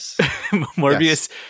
Morbius